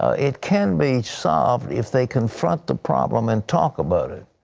ah it can be solved if they confront the problem and talk about it.